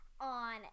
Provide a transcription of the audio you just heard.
on